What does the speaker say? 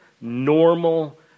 normal